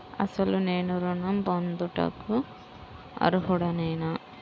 అసలు నేను ఋణం పొందుటకు అర్హుడనేన?